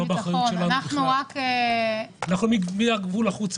אנחנו מהגבול והחוצה.